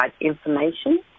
information